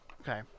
Okay